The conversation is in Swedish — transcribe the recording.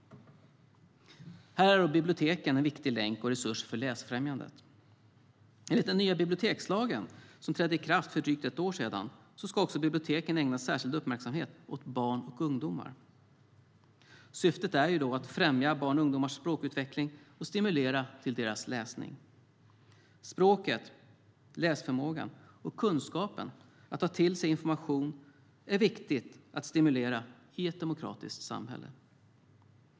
Här är biblioteken en viktig länk och resurs för läsfrämjandet. Enligt den nya bibliotekslagen, som trädde i kraft för drygt ett år sedan, ska biblioteken ägna särskild uppmärksamhet åt barn och ungdomar. Syftet är att främja barns och ungdomars språkutveckling och stimulera till deras läsning. Språket, läsförmågan och kunskapen om hur man tar till sig information är viktigt att stimulera i ett demokratiskt samhälle.